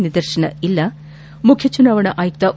ನಿದರ್ಶನವಿಲ್ಲ ಮುಖ್ಯಚುನಾವಣಾ ಆಯುಕ್ತ ಒ